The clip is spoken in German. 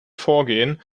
vorgehen